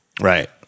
Right